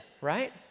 right